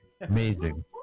Amazing